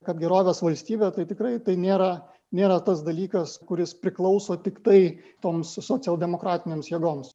kad gerovės valstybė tai tikrai tai nėra nėra tas dalykas kuris priklauso tiktai toms socialdemokratinėms jėgoms